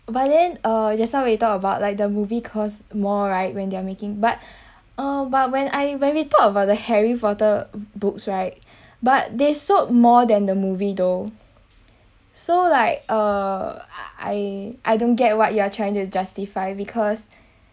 but then uh just now we talk about like the movie cost more right when they're making but uh but when I when we talk about the harry potter books right but they sold more than the movie though so like uh I I don't get what you are trying to justify because